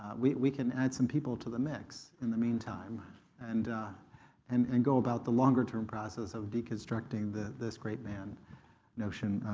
we we can add some people to the mix in the meantime and and and go about the longer-term process of deconstructing this great man notion